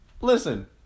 Listen